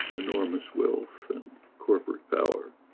enormous wealth and corporate power.